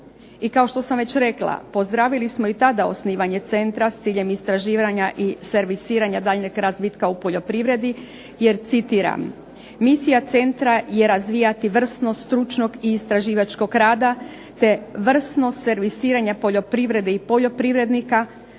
I kao što sam već rekla pozdravili smo i tada osnivanje centra s ciljem istraživanja i servisiranja daljnjeg razvitka u poljoprivredi jer "Misija centra je razvijati vrsnog, stručnog i istraživačkog rada, te vrsno servisiranje poljoprivrede i poljoprivrednika,